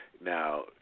Now